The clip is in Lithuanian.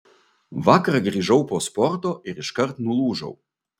vakar grįžau po sporto ir iškart nulūžau